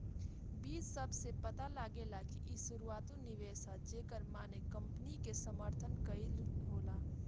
बीज शब्द से पता लागेला कि इ शुरुआती निवेश ह जेकर माने कंपनी के समर्थन कईल होला